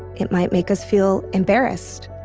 it might make us feel embarrassed.